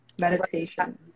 meditation